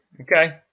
okay